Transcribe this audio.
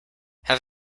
have